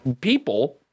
people